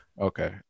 Okay